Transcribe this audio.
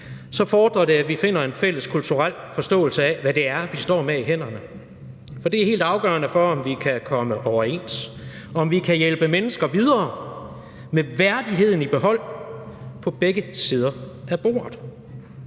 så fordrer det, at vi finder en fælles kulturel forståelse af, hvad det er, vi står med i hænderne, for det er helt afgørende for, om vi kan komme overens, og om vi kan hjælpe mennesker videre med værdigheden i behold på begge sider af bordet.